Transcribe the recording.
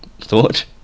thought